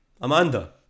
Amanda